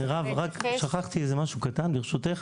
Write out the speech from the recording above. מירב, שכחתי משהו קטן, ברשותך.